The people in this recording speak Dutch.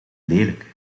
lelijk